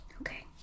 Okay